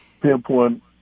pinpoint